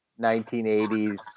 1980s